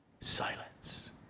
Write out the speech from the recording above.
silence